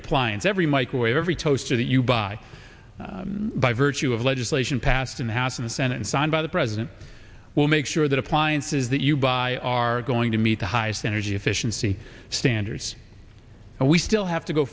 appliance every microwave every toaster that you buy by virtue of legislation passed in the house and senate signed by the president will make sure that appliances that you buy are going to meet the highest energy efficiency standards and we still have to go